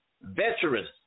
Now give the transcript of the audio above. Veterans